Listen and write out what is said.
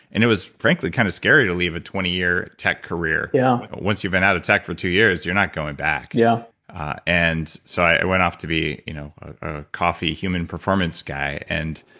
and it was, frankly, kind of scary to leave a twenty year tech career yeah once you've been out of tech for two years, you're not going back yeah and so i went off to be you know a coffee human performance guy, and.